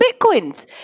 bitcoins